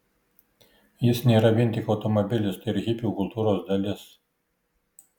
jis nėra vien tik automobilis tai ir hipių kultūros dalis